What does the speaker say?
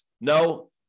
No